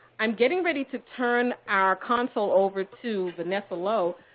i'm getting ready to turn our console over to vanessa lowe.